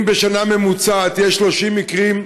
אם בשנה ממוצעת יש 30 מקרים,